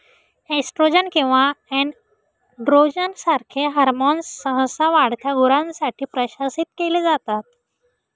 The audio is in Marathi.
एस्ट्रोजन किंवा एनड्रोजन सारखे हॉर्मोन्स सहसा वाढत्या गुरांसाठी प्रशासित केले जातात